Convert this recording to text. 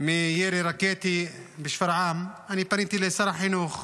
מירי רקטי בשפרעם, אני פניתי לשר החינוך,